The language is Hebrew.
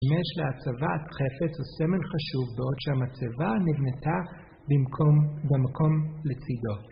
יש להצבת חפץ הוא סמל חשוב בעוד שהמצבה נבנתה במקום לצידו.